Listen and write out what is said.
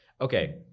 Okay